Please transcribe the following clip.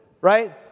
right